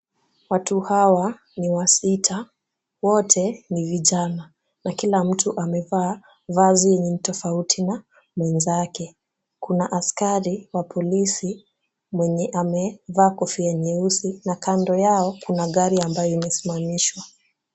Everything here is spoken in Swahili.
Watu hawa ni wasita, wote ni vijana na kila mtu amevaa vazi yenye tofauti na mwenzake. Kuna askari wa polisi mwenye amevaa kofia nyeusi na kando yao kuna gari ambayo imesimamishwa.